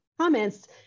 comments